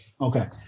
Okay